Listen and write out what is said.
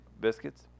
Biscuits